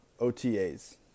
OTAs